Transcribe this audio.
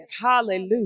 hallelujah